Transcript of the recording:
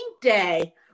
day